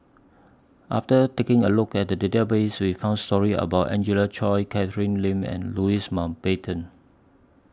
after taking A Look At The Database We found stories about Angelina Choy Catherine Lim and Louis Mountbatten